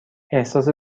احساس